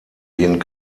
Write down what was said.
jeden